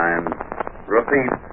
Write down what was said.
Repeat